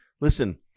listen